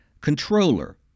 controller